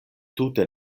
tute